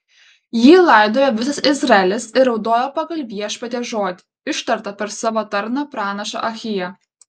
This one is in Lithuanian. jį laidojo visas izraelis ir raudojo pagal viešpaties žodį ištartą per savo tarną pranašą ahiją